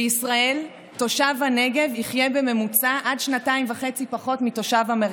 בישראל תושב הנגב יחיה בממוצע עד שנתיים וחצי פחות מתושב המרכז,